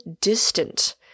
distant